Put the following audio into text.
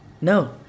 No